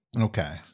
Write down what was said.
okay